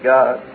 God